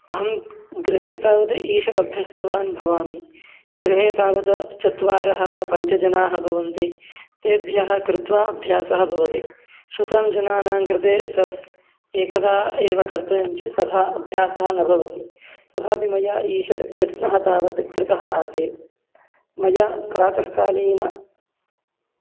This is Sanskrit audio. अहं गृहे तावत् ईषदभ्यस्तवान् भवामि गृहे तावत् चत्वारः वा पञ्चजनाः भवन्ति तेभ्यः कृत्वा अभ्यासः भवति शतं जनानां कृते सः एकदा एव कर्तव्यं चेत् तथा अभ्यासः न भवति तथापि मया ईषद् यत्नः तावत् कृतः आसीत् मया प्रातःकालीनः